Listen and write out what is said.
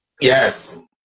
Yes